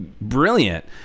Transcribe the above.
brilliant